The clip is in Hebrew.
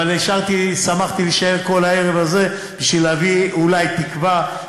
אבל שמחתי להישאר כל הערב הזה בשביל להביא אולי תקווה,